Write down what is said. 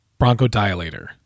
bronchodilator